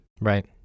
Right